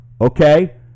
okay